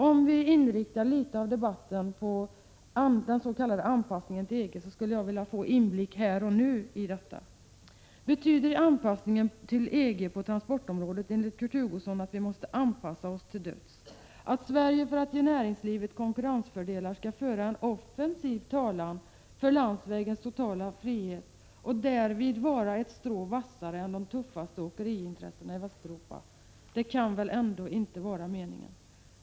Om vi något kan inrikta debatten på den s.k. anpassningen till EG skulle jag vilja få inblick i detta här och nu. Betyder anpassningen till EG på transportområdet enligt Kurt Hugossons mening att vi måste anpassa oss till döds? Det kan väl ändå inte vara meningen att Sverige för att få konkurrensfördelar offensivt skall föra en talan för landsvägens totala frihet och därvid vara ett strå vassare än företrädarna för de tuffaste åkeriintressena i Västeuropa?